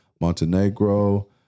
Montenegro